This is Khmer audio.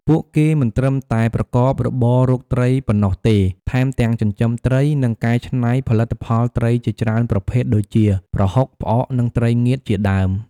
ពួកគេមិនត្រឹមតែប្រកបរបររកត្រីប៉ុណ្ណោះទេ ថែមទាំងចិញ្ចឹមត្រី និងកែច្នៃផលិតផលត្រីជាច្រើនប្រភេទដូចជា ប្រហុក ផ្អក និងត្រីងៀតជាដើម។